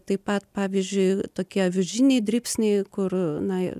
taip pat pavyzdžiui tokie avižiniai dribsniai kur na